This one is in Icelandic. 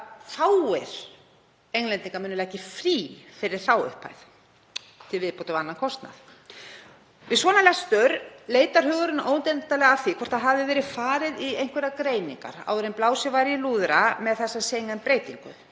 fáir Englendingar muni leggja í frí fyrir þá upphæð til viðbótar við annan kostnað. Við svona lestur leitar hugurinn óneitanlega að því hvort farið hafi verið í einhverjar greiningar áður en blásið var í lúðra með þessa Schengen-breytingu.